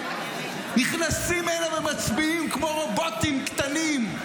נכנסים הנה ומצביעים כמו רובוטים קטנים.